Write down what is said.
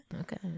okay